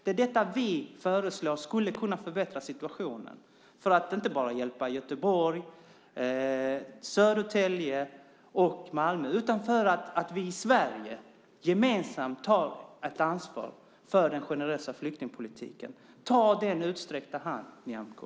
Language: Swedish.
Det är detta vi föreslår skulle kunna förbättra situationen, inte bara för att hjälpa Göteborg, Södertälje och Malmö utan för att vi i Sverige gemensamt tar ett ansvar för den generösa flyktingpolitiken. Ta den utsträckta handen, Nyamko!